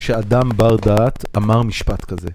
שאדם בר דעת אמר משפט כזה.